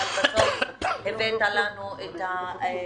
אבל בסוף הבאת לנו את הדיון.